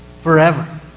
forever